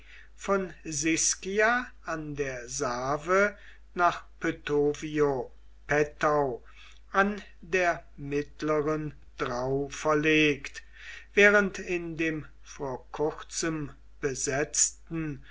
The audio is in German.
von siscia an der save nach poetovio pettau an der mittleren drau verlegt während in dem vor kurzem besetzten